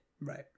Right